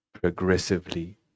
progressively